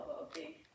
okay